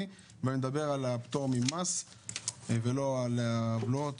ואני מדבר על הפטור ממס ולא על הבלו,